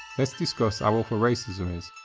let's discuss how awful racism is,